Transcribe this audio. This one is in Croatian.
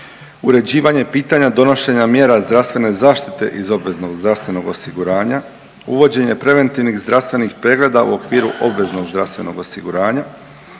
uređivanje pitanja donošenja mjera zdravstvene zaštite iz obveznog zdravstvenog osiguranja, uvođenje preventivnih zdravstvenih pregleda u okviru obveznog zdravstvenog osiguranja.